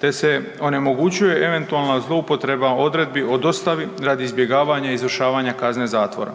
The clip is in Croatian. te se onemogućuje eventualna zloupotreba odredbi o dostavi radi izbjegavanja i izvršavanja kazne zatvora.